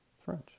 French